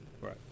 right